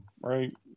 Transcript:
right